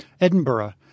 Edinburgh